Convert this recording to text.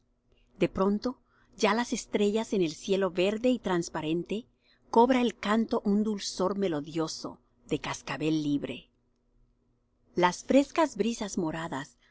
de pronto ya las estrellas en el cielo verde y transparente cobra el canto un dulzor melodioso de cascabel libre las frescas brisas moradas